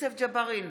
יוסף ג'בארין,